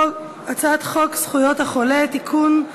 הצעת חוק זכויות החולה (תיקון,